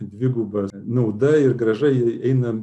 dviguba nauda ir grąža eina